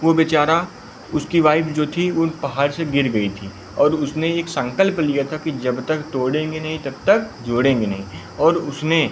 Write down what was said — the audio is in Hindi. वह बेचारा उसकी वाइफ़ जो थी उस पहाड़ से गिर गई थी और उसने एक संकल्प लिया था कि जब तक तोड़ेंगे नहीं तब तक जोड़ेंगे नहीं और उसने